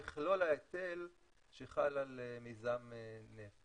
שחל על מיזם נפט.